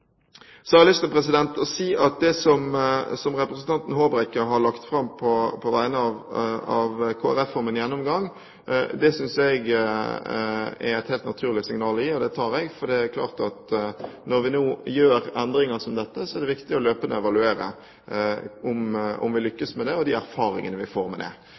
Så har jeg lyst til å si at det som representanten Håbrekke har lagt fram på vegne av Kristelig Folkeparti om en gjennomgang, synes jeg er et helt naturlig signal å gi, og det signalet tar jeg. Det er klart at når vi nå gjør endringer som dette, så er det viktig løpende å evaluere om vi lykkes med det og de erfaringene vi får. Omfanget av denne typen adopsjoner vil sannsynligvis bli såpass lite at det